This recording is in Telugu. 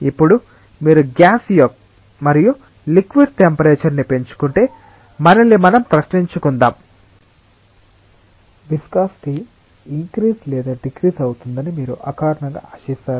ఇప్పుడు మీరు గ్యాస్ మరియు లిక్విడ్ టెంపరేచర్ని పెంచుకుంటే మనల్ని మనం ప్రశ్నించుకుందాంవిస్కాసిటి ఇన్క్రిజ్ లేదా డిక్రిజ్ అవుతుందని మీరు అకారణంగా ఆశిస్తారా